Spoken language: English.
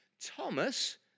Thomas